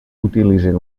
utilitzen